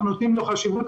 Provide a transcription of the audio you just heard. אנחנו נותנים לו חשיבות,